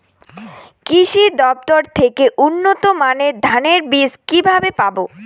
কৃষি দফতর থেকে উন্নত মানের ধানের বীজ কিভাবে পাব?